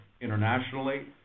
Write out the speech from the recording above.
internationally